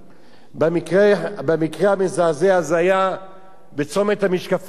במקרה המזעזע זה היה בצומת הזכוכית בחברון,